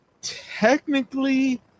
Technically